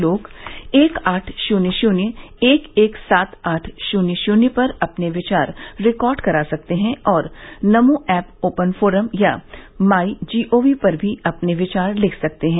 लोग एक आठ शुन्य शुन्य एक एक सात आठ शुन्य शुन्य पर अपने विचार रिकॉर्ड करा सकते हैं और नमो ऐप ओपन फोरम या माई जीओवी पर भी अपने विचार लिख सकते हैं